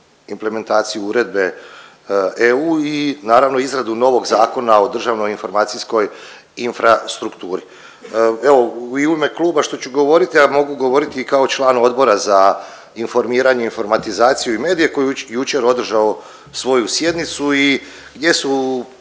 implementaciju uredbe EU i naravno izradu novog Zakona o Državnoj informacijskoj infrastrukturi. Evo i u ime kluba što ću govoriti, a mogu govoriti i kao član Odbora za informiranje, informatizaciju i medije koji je jučer održao svoju sjednicu i gdje su